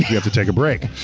have to take a break.